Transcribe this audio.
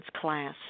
class